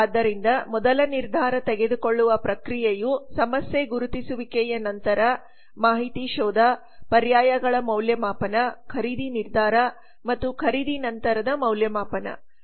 ಆದ್ದರಿಂದ ಮೊದಲ ನಿರ್ಧಾರ ತೆಗೆದುಕೊಳ್ಳುವ ಪ್ರಕ್ರಿಯೆಯು ಸಮಸ್ಯೆ ಗುರುತಿಸುವಿಕೆಯ ನಂತರ ಮಾಹಿತಿ ಶೋಧ ಪರ್ಯಾಯಗಳ ಮೌಲ್ಯಮಾಪನ ಖರೀದಿ ನಿರ್ಧಾರ ಮತ್ತು ಖರೀದಿ ನಂತರದ ಮೌಲ್ಯಮಾಪನ